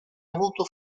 avuto